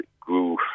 grew